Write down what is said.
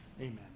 Amen